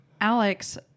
Alex